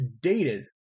dated